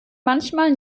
manchmal